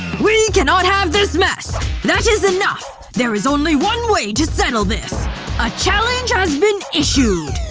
we cannot have this mess that is enough! there is only one way to settle this! a challenge has been issued!